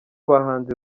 bahanzi